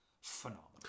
phenomenal